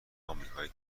آمریکایی